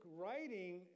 writing